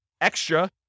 extra